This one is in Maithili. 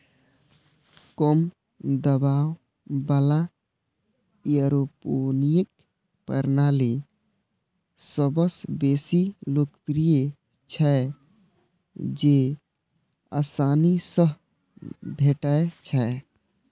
कम दबाव बला एयरोपोनिक प्रणाली सबसं बेसी लोकप्रिय छै, जेआसानी सं भेटै छै